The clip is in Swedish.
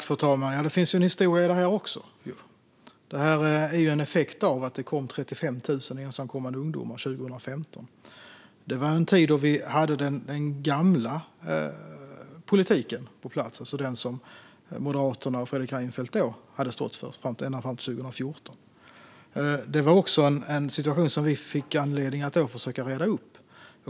Fru talman! Det finns en historia i det här också. Detta är ju en effekt av att det kom 35 000 ensamkommande ungdomar 2015. Det var en tid då vi hade den gamla politiken på plats, alltså den som Moderaterna och Fredrik Reinfeldt hade stått för ända fram till 2014. Det var en situation som vi fick försöka reda upp.